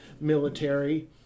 military